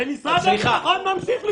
משרד הביטחון ממשיך לשתוק.